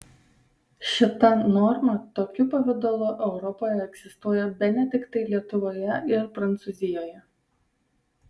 šita norma tokiu pavidalu europoje egzistuoja bene tiktai lietuvoje ir prancūzijoje